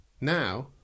now